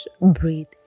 breathe